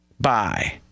bye